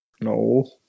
No